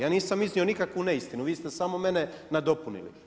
Ja nisam iznio nikakvu neistinu, vi ste samo mene nadopunili.